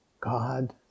God